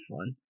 fun